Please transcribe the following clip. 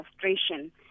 frustration